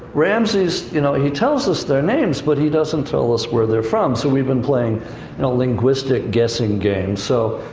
ramses, you know, he tells us their names, but he doesn't tell us where they're from. so we've been playing a linguistic guessing game. so,